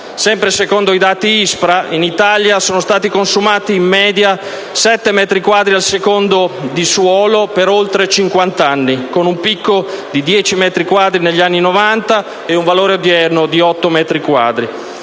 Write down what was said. Sempre secondo i dati dell'ISPRA, in Italia sono stati consumati, in media, 7 metri quadri al secondo di suolo per oltre 50 anni, con un picco di 10 metri quadri negli anni Novanta e un valore odierno di 8 metri quadri.